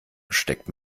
steckt